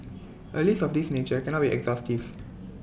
A list of this nature cannot be exhaustive